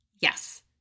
Yes